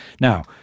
Now